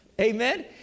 Amen